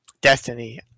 Destiny